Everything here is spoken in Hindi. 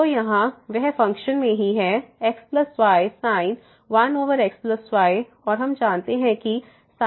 तो यहाँ वह फ़ंक्शन में ही है xysin 1xy और हम जानते हैं कि sin 1 से बाउंडेड है